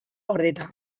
gordeta